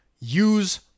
Use